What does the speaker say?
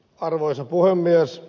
arvoisa puhemies